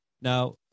Now